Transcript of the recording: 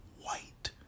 white